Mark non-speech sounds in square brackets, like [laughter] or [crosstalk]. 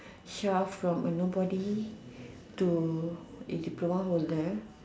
[breath] Char from a nobody to a diploma holder